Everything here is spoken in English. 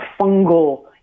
fungal